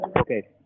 Okay